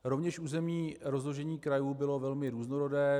Rovněž území rozložení krajů bylo velmi různorodé.